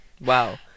wow